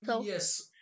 Yes